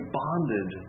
bonded